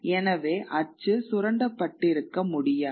எனவே அச்சு சுரண்டப்பட்டிருக்க முடியாது